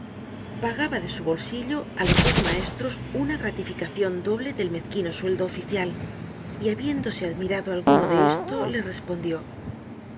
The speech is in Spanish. pagaba de su bolsillo á los dos maestros una gratificacion doble del mezquino sueldo oficial y habiéndose admirado alguno de esto le respondió los